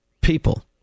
People